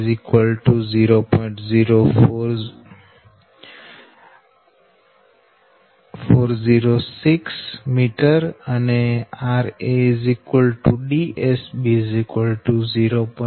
0406 m અને rA DSB 0